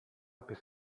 biss